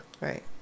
Right